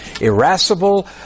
irascible